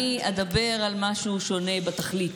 אני אדבר על משהו שונה בתכלית.